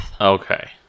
Okay